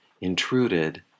intruded